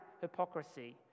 hypocrisy